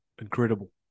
Incredible